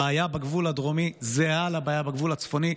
הבעיה בגבול הדרומי זהה לבעיה בגבול הצפוני.